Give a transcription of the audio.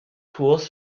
tools